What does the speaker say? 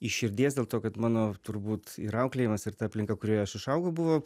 iš širdies dėl to kad mano turbūt ir auklėjimas ir ta aplinka kurioje aš užaugau buvo